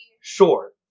Sure